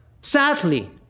Sadly